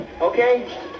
okay